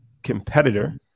Competitor